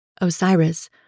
Osiris